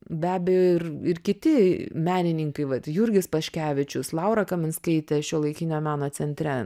be abejo ir ir kiti menininkai vat jurgis paškevičius laura kaminskaitė šiuolaikinio meno centre